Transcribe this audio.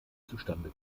zustande